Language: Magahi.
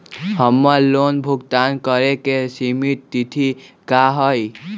हमर लोन भुगतान करे के सिमित तिथि का हई?